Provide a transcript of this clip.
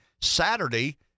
Saturday